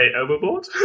overboard